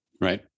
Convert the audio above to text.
Right